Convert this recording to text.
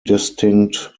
distinct